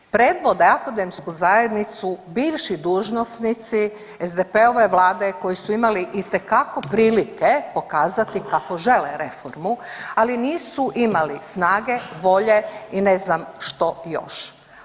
Predvode akademsku zajednicu bivši dužnosnici SDP-ove vlade koji su imali itekako prilike pokazati kako žele reformu ali nisu imali snage, volje i ne znam što još.